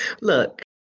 Look